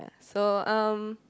yeah so um